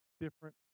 different